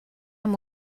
amb